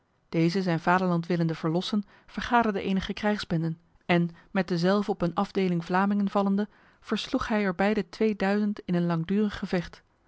deze zijn vaderland willende verlossen vergaderde enige krijgsbenden en met dezelve op een afdeling vlamingen vallende versloeg hij er bij de tweeduizend in een langdurig gevecht